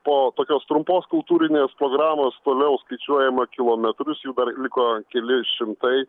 po tokios trumpos kultūrinės programos toliau skaičiuojama kilometrus jų dar liko keli šimtai